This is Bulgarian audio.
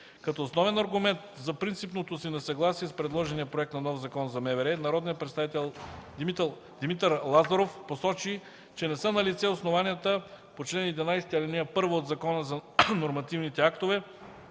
Като основен аргумент за принципното си несъгласие с предложения проект на нов Закон за МВР, народният представител Димитър Лазаров посочи, че не са налице основанията по чл. 11, ал. 1 от Закона за нормативните актове